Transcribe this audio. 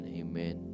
amen